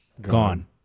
gone